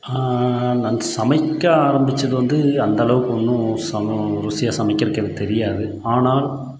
நான் சமைக்க ஆரம்பிச்சது வந்து அந்தளவுக்கு ஒன்றும் சமை ருசியாக சமைக்கிறக்கு எனக்கு தெரியாது ஆனால்